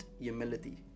humility